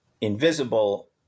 invisible